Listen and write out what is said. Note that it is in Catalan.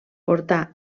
portà